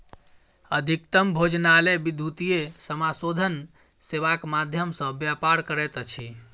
अधिकतम भोजनालय विद्युतीय समाशोधन सेवाक माध्यम सॅ व्यापार करैत अछि